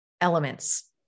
elements